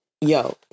yo